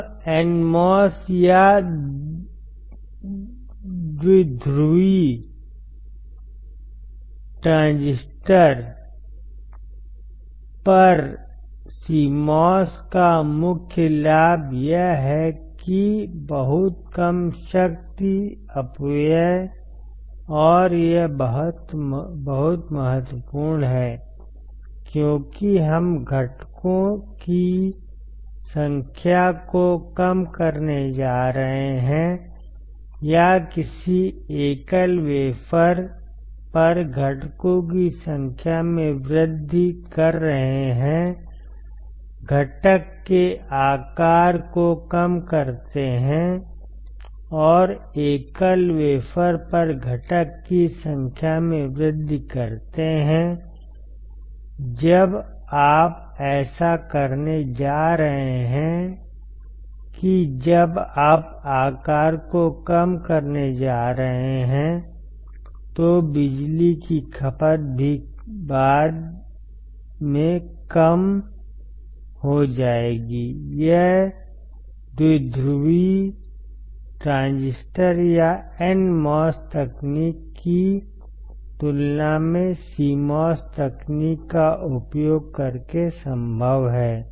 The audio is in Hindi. अब NMOS या द्विध्रुवी ट्रांजिस्टर पर CMOS का मुख्य लाभ यह है कि बहुत कम शक्ति अपव्यय और यह बहुत महत्वपूर्ण है क्योंकि हम घटकों की संख्या को कम करने जा रहे हैं या किसी एकल वेफर पर घटकों की संख्या में वृद्धि कर रहे हैं घटक के आकार को कम करते हैं और एकल वेफर पर घटक की संख्या में वृद्धि करते हैं जब आप ऐसा करने जा रहे हैं कि जब आप आकार को कम करने जा रहे हैं तो बिजली की खपत भी बाद में कम हो जाएगी यह द्विध्रुवी ट्रांजिस्टर या NMOS तकनीक की तुलना में CMOS तकनीक का उपयोग करके संभव है